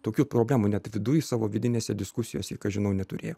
tokių problemų net viduj savo vidinėse diskusijose ką žinau neturėjo